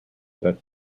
that